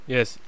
Yes